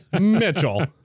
Mitchell